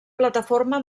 plataforma